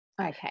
Okay